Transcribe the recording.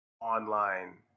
online